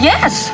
Yes